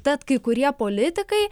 tad kai kurie politikai